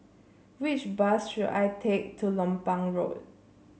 which bus should I take to Lompang Road